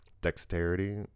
dexterity